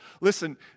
Listen